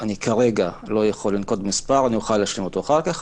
אני כרגע לא יכול לנקוט מספר אוכל להשלימו אחר כך.